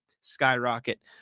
skyrocket